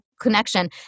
connection